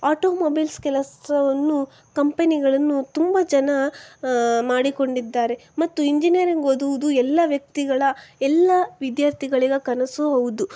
automobiles ಕೆಲಸವನ್ನು ಕಂಪನಿಗಳನ್ನು ತುಂಬ ಜನ ಮಾಡಿಕೊಂಡಿದ್ದಾರೆ ಮತ್ತು ಇಂಜಿನಿಯರಿಂಗ್ ಓದುವುದು ಎಲ್ಲ ವ್ಯಕ್ತಿಗಳ ಎಲ್ಲ ವಿದ್ಯಾರ್ಥಿಗಳಿಗೆ ಕನಸೂ ಹೌದು